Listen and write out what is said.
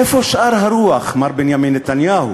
איפה שאר הרוח, מר בנימין נתניהו?